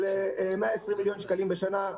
של 120 מיליון שקלים בשנה,